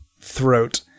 throat